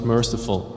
Merciful